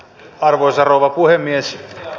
arvoisa rouva puhemies